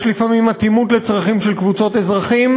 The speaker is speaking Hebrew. יש לפעמים אטימות לצרכים של קבוצות אזרחים?